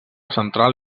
central